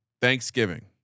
Thanksgiving